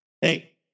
Hey